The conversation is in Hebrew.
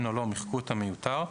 כן/לא (מחקו את המיותר)